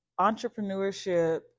entrepreneurship